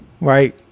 right